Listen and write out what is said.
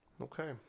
Okay